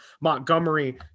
Montgomery